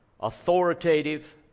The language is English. authoritative